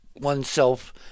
oneself